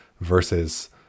versus